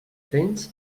tens